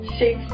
six